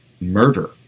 murder